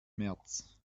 märz